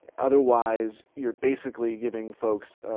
otherwise, you're basically giving folks,